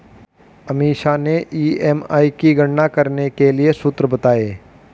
अमीषा ने ई.एम.आई की गणना करने के लिए सूत्र बताए